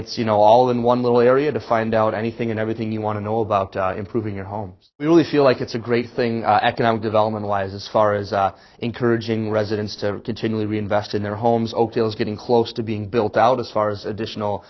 t's you know all in one little area to find out anything and everything you want to know about improving your home we really feel like it's a great thing economic development wise as far as encouraging residents to continually reinvest in their homes oakdale is getting close to being built out as far as additional